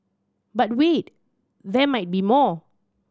but wait there might be more